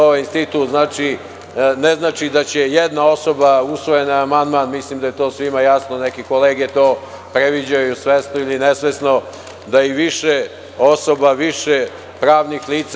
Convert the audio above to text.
Ovaj institut ne znači da će jedna osoba, usvojen je amandman, mislim da je to svima jasno, neke kolege to previđaju svesno ili nesvesno, da i više osoba, više pravnih lica.